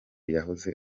yahoze